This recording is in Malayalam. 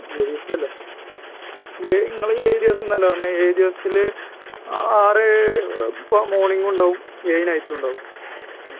അല്ലേ ആ ഏഴ് നിങ്ങൾ ഏഴ് ദിവസം എന്നല്ലേ പറഞ്ഞത് ഏഴ് ദിവസത്തിൽ ആ ആറ് ഇപ്പോൾ മോർണിംഗും ഉണ്ടാവും ഏഴ് നൈറ്റും ഉണ്ടാവും ഉം